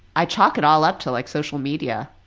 i chalk it all up to like social media